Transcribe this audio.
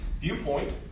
viewpoint